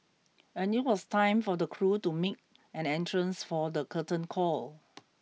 and it was time for the crew to make an entrance for the curtain call